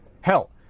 Hell